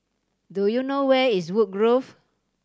do you know where is Woodgrove